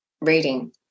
reading